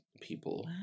people